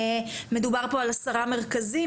מדובר פה על עשרה מרכזים,